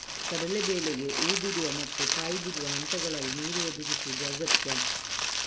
ಕಡಲೇ ಬೇಳೆಗೆ ಹೂ ಬಿಡುವ ಮತ್ತು ಕಾಯಿ ಬಿಡುವ ಹಂತಗಳಲ್ಲಿ ನೀರು ಒದಗಿಸುದು ಅಗತ್ಯ